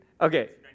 Okay